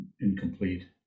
incomplete